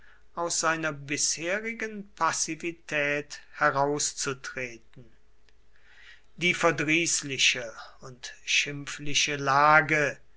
aus seiner bisherigen passivität herauszutreten die verdrießliche und schimpfliche lage